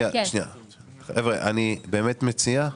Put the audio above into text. אני באמת מציע,